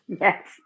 Yes